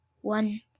one